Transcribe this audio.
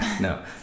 No